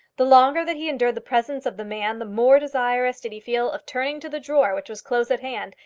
the longer that he endured the presence of the man the more desirous did he feel of turning to the drawer which was close at hand,